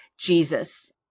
Jesus